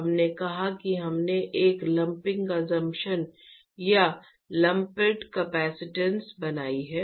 हमने कहा कि हमने एक लम्पिंग असम्प्शन या लम्पद कपसिटंस बनाई है